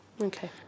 okay